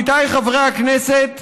עמיתיי חברי הכנסת,